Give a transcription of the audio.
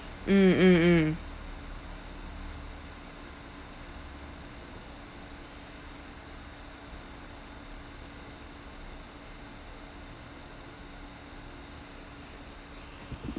mm mm mm